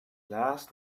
last